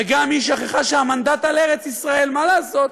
וגם היא שכחה שהמנדט על ארץ-ישראל, מה לעשות,